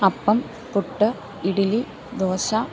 അപ്പം പുട്ട് ഇഡലി ദോശ